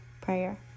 prayer